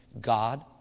God